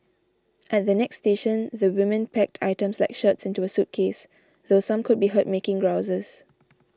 at the next station the women packed items like shirts into a suitcase though some could be heard making grouses